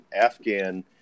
Afghan